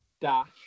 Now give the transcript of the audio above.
dash